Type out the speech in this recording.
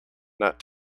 not